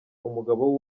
umugabo